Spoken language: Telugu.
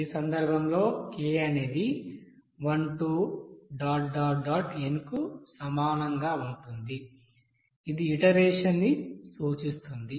ఈ సందర్భంలో k అనేది 1 2 n కు సమానంగా ఉంటుంది ఇది ఇటరేషన్ ని సూచిస్తుంది